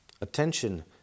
Attention